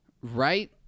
Right